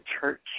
church